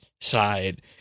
side